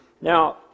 now